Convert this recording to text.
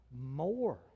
more